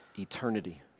eternity